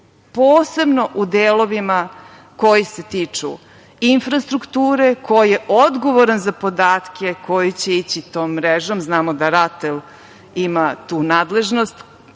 posebno u delovima koji se tiču infrastrukture, ko je odgovoran za podatke koji će ići tom mrežom, znamo da RATEL ima tu nadležnosti,